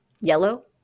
yellow